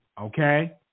okay